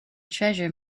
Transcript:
treasure